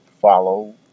follow